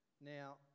Now